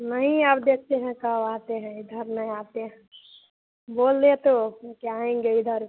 नहीं अब देखते हैं कब आते हैं इधर नहीं आते हैं बोले तो क्या आएँगे इधर